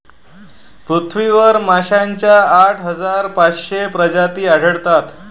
पृथ्वीवर माशांच्या आठ हजार पाचशे प्रजाती आढळतात